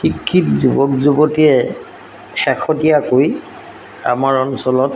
শিক্ষিত যুৱক যুৱতীয়ে শেহতীয়াকৈ আমাৰ অঞ্চলত